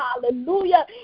hallelujah